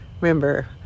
remember